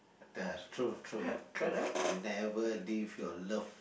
that's true true true never leave your love